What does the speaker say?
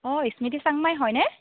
অঁ স্মৃতি চাংমাই হয়নে